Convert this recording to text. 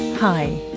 Hi